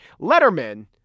letterman